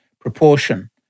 proportion